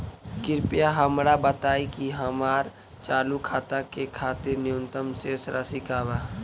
कृपया हमरा बताइ कि हमार चालू खाता के खातिर न्यूनतम शेष राशि का बा